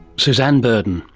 suzanne burdon.